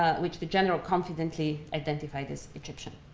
ah which the general confidently identified as egyptian.